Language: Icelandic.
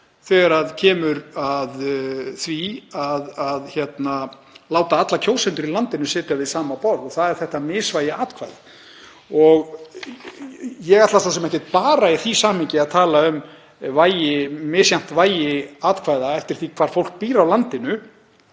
þegar kemur að því að láta alla kjósendur í landinu sitja við sama borð — og það er misvægi atkvæða. Ég ætla svo sem ekki í því samhengi að tala bara um misjafnt vægi atkvæða eftir því hvar fólk býr á landinu.